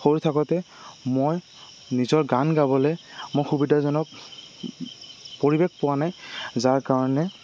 সৰু থাকোঁতে মই নিজৰ গান গাবলে মই সুবিধাজনক পৰিৱেশ পোৱা নাই যাৰ কাৰণে